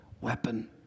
weapon